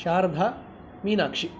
Sharada Meenakshi